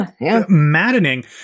maddening